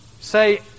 say